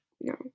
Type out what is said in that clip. No